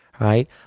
Right